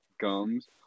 gums